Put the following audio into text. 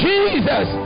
Jesus